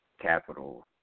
capital